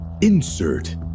insert